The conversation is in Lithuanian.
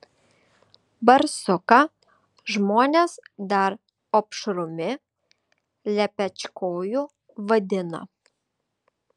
barsuką žmonės dar opšrumi lepečkoju vadina